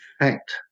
effect